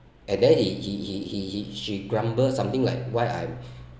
and then he he he he she grumbled something like why I'm